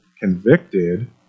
convicted